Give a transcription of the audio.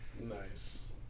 nice